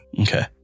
Okay